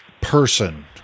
person